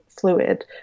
fluid